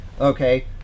Okay